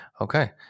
Okay